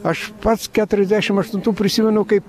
aš pats keturiasdešim aštuntų prisimenu kaip